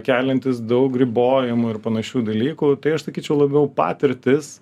keliantis daug ribojimų ir panašių dalykų tai aš sakyčiau labiau patirtys